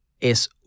Es